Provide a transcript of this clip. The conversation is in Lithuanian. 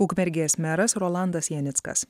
ukmergės meras rolandas janickas